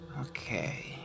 Okay